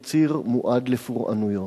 הוא ציר מועד לפורענות.